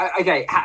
Okay